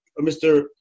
Mr